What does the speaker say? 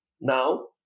now